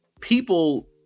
People